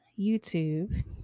YouTube